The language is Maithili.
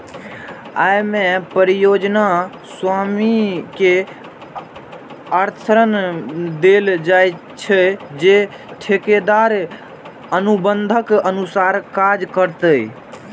अय मे परियोजना स्वामी कें आश्वासन देल जाइ छै, जे ठेकेदार अनुबंधक अनुसार काज करतै